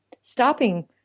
stopping